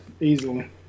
easily